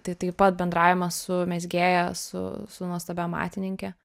tai taip pat bendravimas su mezgėja su su nuostabia amatininke